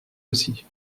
aussi